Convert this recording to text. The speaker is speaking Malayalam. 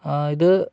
ഇത്